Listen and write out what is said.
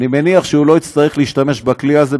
אני מניח שהוא לא יצטרך להשתמש בכלי הזה,